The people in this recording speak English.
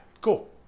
Cool